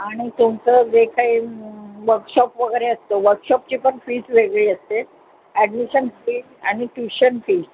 आणि तुमचं जे काही वर्कशॉप वगैरे असतो वर्कशॉपची पण फीस वेगळी असते ॲडमिशन फीस आणि ट्युशन फीस